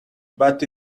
but